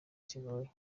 kigoye